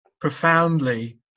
profoundly